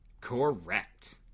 Correct